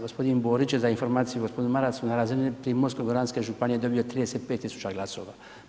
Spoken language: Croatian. Gospodin Borić je za informaciju gospodinu Marasu na razini Primorsko-goranske županije dobio 35.000 glasova.